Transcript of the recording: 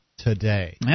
Today